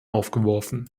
aufgeworfen